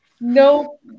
no